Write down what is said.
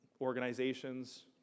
organizations